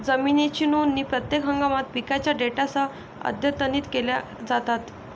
जमिनीच्या नोंदी प्रत्येक हंगामात पिकांच्या डेटासह अद्यतनित केल्या जातात